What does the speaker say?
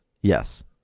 Yes